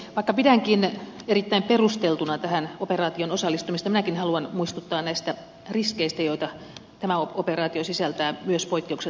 vaikka pidänkin erittäin perusteltuna tähän operaatioon osallistumista minäkin haluan muistuttaa näistä riskeistä joita tämä operaatio sisältää myös poikkeuksellisen paljon